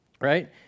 Right